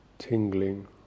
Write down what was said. Tingling